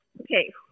okay